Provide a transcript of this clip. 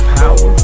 power